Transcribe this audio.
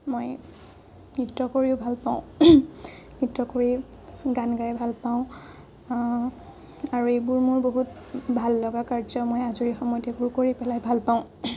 মই নৃত্য কৰিও ভাল পাওঁ নৃত্য কৰি গান গাই ভাল পাওঁ আৰু এইবোৰ মোৰ বহুত ভাল লগা কাৰ্য মই আজৰি সময়তে এইবোৰ কৰি পেলাই ভাল পাওঁ